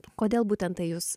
kodėl būtent tai jus